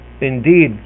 Indeed